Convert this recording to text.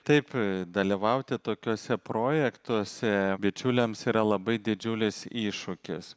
taip dalyvauti tokiuose projektuose bičiuliams yra labai didžiulis iššūkis